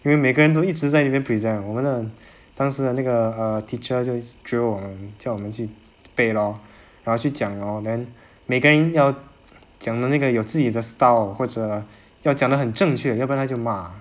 因为每个人都一直在里面 present 我们的当时的那个 err teacher just drill 我们叫我们去背 lor 然后去讲 lor then 每个人要讲的那个有自己的 style 或者要讲的很正确要不然他就骂